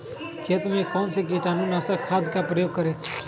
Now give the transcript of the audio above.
खेत में कौन से कीटाणु नाशक खाद का प्रयोग करें?